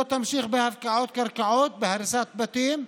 לא תמשיך בהפקעות קרקעות, בהריסת בתים,